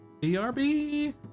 BRB